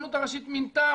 שהרבנות הראשית מינתה,